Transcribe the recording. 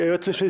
זה יגיע.